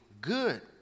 good